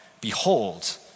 behold